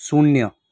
શૂન્ય